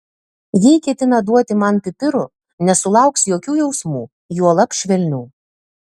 jei ketina duoti man pipirų nesulauks jokių jausmų juolab švelnių